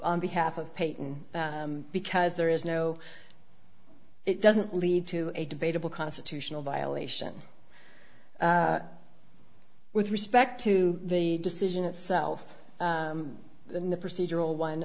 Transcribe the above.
behalf of peyton because there is no it doesn't lead to a debatable constitutional violation with respect to the decision itself and the procedural one